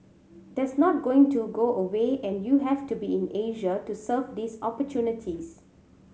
that's not going to go away and you have to be in Asia to serve these opportunities